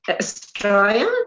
Australia